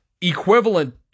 equivalent